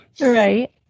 Right